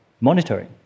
monitoring